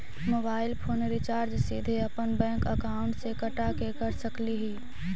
Mobile phone recharge सीधे अपन bank account से कटा के कर सकली ही?